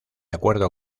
acuerdo